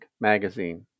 Magazine